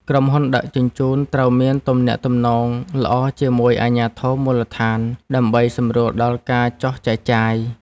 ក្រុមហ៊ុនដឹកជញ្ជូនត្រូវមានទំនាក់ទំនងល្អជាមួយអាជ្ញាធរមូលដ្ឋាន ដើម្បីសម្រួលដល់ការចុះចែកចាយ។